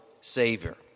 Savior